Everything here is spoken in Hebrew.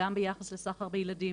גם ביחס לסחר בילדים,